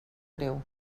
greu